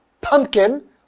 pumpkin